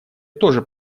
тоже